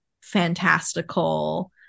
fantastical